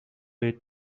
way